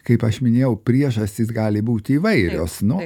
kaip aš minėjau priežastys gali būti įvairios nu